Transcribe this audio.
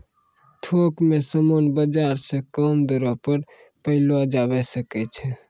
थोक मे समान बाजार से कम दरो पर पयलो जावै सकै छै